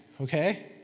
Okay